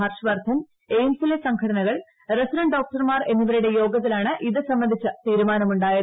ഹർഷവർദ്ധൻ എയിംസിലെ സംഘടനകൾ റസിഡന്റ് ഡോക്ടർമാർ എന്നിവരുടെ യോഗത്തിലാണ് ഇത് സംബന്ധിച്ച തീരുമാനമുണ്ടായത്